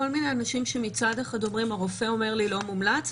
כל מיני אנשים שמצד אחד אומרים: הרופא אומר לי לא מומלץ,